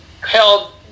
held